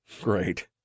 Great